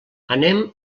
anem